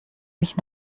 mich